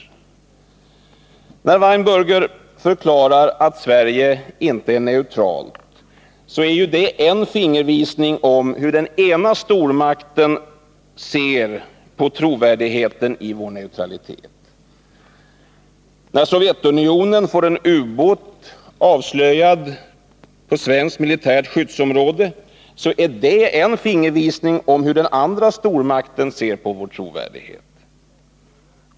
Men när Weinberger förklarar att Sverige inte är neutralt är det en fingervisning om hur den ena stormakten ser på trovärdigheten av vår neutralitet. När Sovjetunionen får en ubåt avslöjad på svenskt militärt skyddsområde är det en fingervisning om hur den andra stormakten ser på vår trovärdighet.